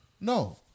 no